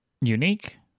unique